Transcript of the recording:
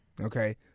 okay